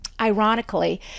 Ironically